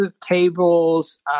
tables